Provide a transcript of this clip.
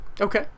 Okay